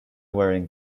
wearing